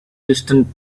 distant